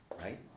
right